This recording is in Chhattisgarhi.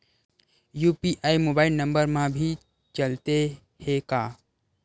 यू.पी.आई मोबाइल नंबर मा भी चलते हे का?